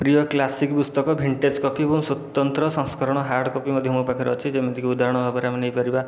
ପ୍ରିୟ classic ପୁସ୍ତକ vintage copy ଏବଂ ସ୍ୱତନ୍ତ୍ର ସଂସ୍କରଣ ହାର୍ଡ଼ କପି ମଧ୍ୟ ମୋ ପାଖରେ ଅଛି ଯେମିତିକି ଉଦାହରଣ ଭାବରେ ଆମେ ନେଇ ପାରିବା